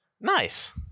Nice